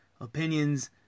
opinions